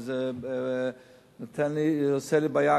וזה עושה לי בעיה,